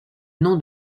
nom